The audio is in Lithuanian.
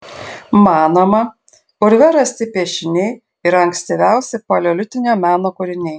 manoma urve rasti piešiniai yra ankstyviausi paleolitinio meno kūriniai